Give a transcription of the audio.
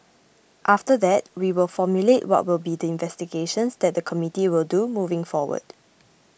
after that we will formulate what will be the investigations that the committee will do moving forward